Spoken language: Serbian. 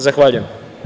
Zahvaljujem.